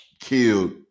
killed